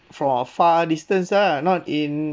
from a far distance lah not in